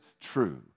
true